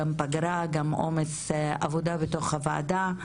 ביניהן גם פגרה וגם עומס עבודה בתוך הוועדה,